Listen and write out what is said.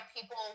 people